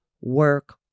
work